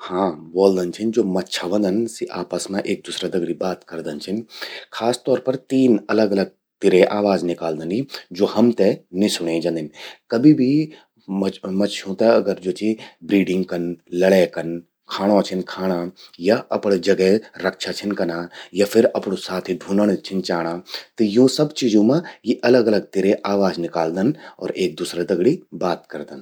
हां...ब्वोलदन छिन ज्वो मच्छा व्हंदन सि आपस मां एक दूसरा दगड़ि बात करदन छिन। खासतौर पर तीन अलग अलग तिरे आवाज निकदिन यि, ज्वो हमते निं सुण्यें जंदिन। कभि भी मछ्यूं ते अगर ज्वो चि ब्रीडिंग कन, लड़ै कन, खाणों छिन खाणा या अपणा जगै रक्षा छिन कना, या फिर अपणूं साथी ढूंढण छिन चाणा। त यूं सब चीजों मां यि अलग अलग तिरे आवाज निकालदन और एक दूसरा दगड़ि बात करदन।